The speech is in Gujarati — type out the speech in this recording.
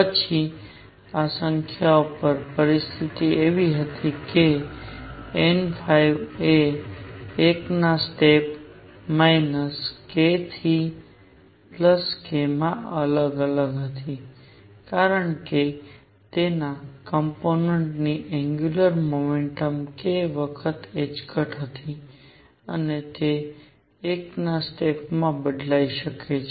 પછી આ સંખ્યાઓ પરની પરિસ્થિતિઓ એવી હતી કે n એ 1 ના સ્ટેપ k થી k માં અલગ અલગ હતી કારણ કે તેના કોમ્પોનેંટની એંગ્યુલર મોમેન્ટમ k વખત હતી અને તે 1 ના સ્ટેપ્સ માં બદલાઈ શકે છે